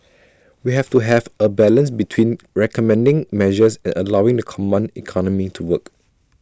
we have to have A balance between recommending measures and allowing the command economy to work